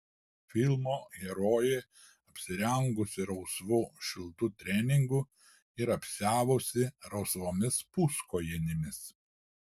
filmo herojė apsirengusi rausvu šiltu treningu ir apsiavusi rausvomis puskojinėmis